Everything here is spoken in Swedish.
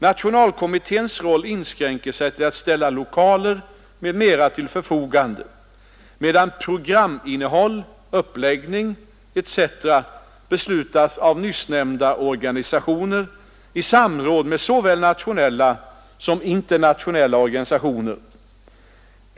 Nationalkommitténs roll inskränker sig till att ställa lokaler m.m. till förfogande, medan programinnehåll, uppläggning etc. beslutas av nyssnämnda organisationer i samråd med såväl nationella som internationella organisationer.